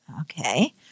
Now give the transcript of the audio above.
Okay